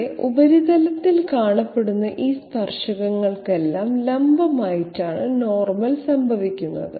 ഇവിടെ ഉപരിതലത്തിൽ കാണപ്പെടുന്ന ഈ സ്പർശകങ്ങൾക്കെല്ലാം ലംബമായിട്ടാണ് നോർമൽ സംഭവിക്കുന്നത്